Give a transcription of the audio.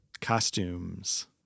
Costumes